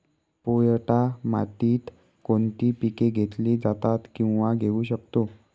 पोयटा मातीत कोणती पिके घेतली जातात, किंवा घेऊ शकतो?